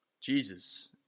Jesus